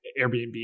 Airbnb